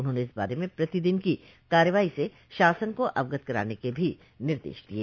उन्होंने इस बारे में प्रतिदिन की कार्रवाई से शासन को अवगत कराने के भी निर्देश दिये